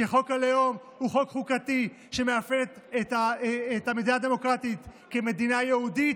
שחוק הלאום הוא חוק חוקתי שמאפיין את המדינה הדמוקרטית כמדינה יהודית,